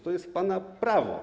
To jest pana prawo.